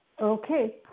Okay